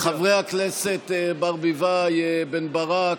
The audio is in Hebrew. חברי הכנסת ברביבאי, בן ברק,